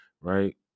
Right